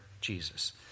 Jesus